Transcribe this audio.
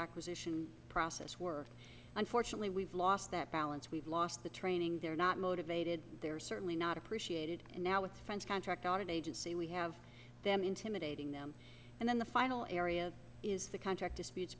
acquisition process work unfortunately we've lost that balance we've lost the training they're not motivated they're certainly not appreciated and now it's french contracted agency we have them intimidating them and then the final area is the contract disputes